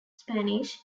spanish